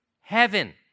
Heaven